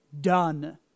done